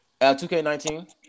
2K19